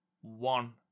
one